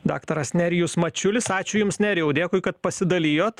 daktaras nerijus mačiulis ačiū jums nerijau dėkui kad pasidalijot